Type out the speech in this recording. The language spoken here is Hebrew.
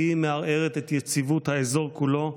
היא מערערת את יציבות האזור כולו,